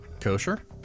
kosher